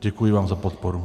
Děkuji vám za podporu.